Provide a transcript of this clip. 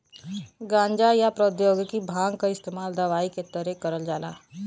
गांजा, या औद्योगिक भांग क इस्तेमाल दवाई के तरे करल जाला